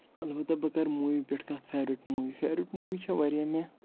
اَلبتہ بہٕ کرٕ موٗوی پٮ۪ٹھ کَتھ فیورِٹ موٗوی فیورِٹ موٗوی چھےٚ واریاہ مےٚ